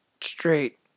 straight